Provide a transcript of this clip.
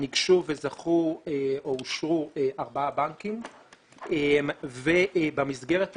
ניגשו וזכו או אושרו ארבעה בנקים ובמסגרת הזאת,